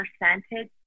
percentage